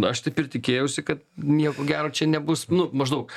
aš taip ir tikėjausi kad nieko gero čia nebus nu maždaug